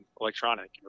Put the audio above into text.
electronic